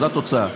זו התוצאה.